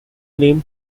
name